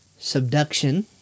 subduction